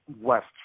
west